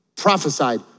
prophesied